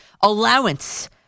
allowance